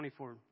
24